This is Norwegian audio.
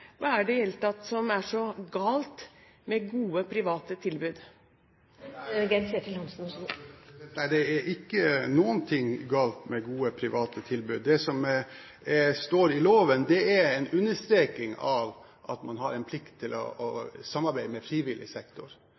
Hva er det i det hele tatt som er så galt med gode private tilbud? Nei, det er ikke noe som er galt med gode private tilbydere. Det som står i loven, er en understreking av at man har en plikt til å samarbeide med frivillig sektor.